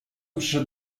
przyszedł